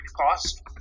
cost